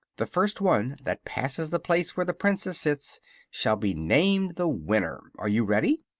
the first one that passes the place where the princess sits shall be named the winner. are you ready?